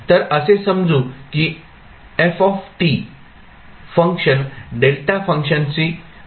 तर असे समजू की फंक्शन डेल्टा फंक्शनशी संबंधित आहे